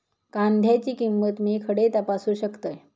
कांद्याची किंमत मी खडे तपासू शकतय?